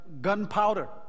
gunpowder